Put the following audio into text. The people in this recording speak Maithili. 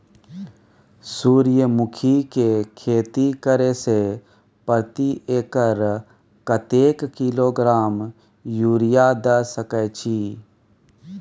सूर्यमुखी के खेती करे से प्रति एकर कतेक किलोग्राम यूरिया द सके छी?